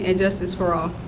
and justice for all.